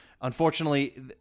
Unfortunately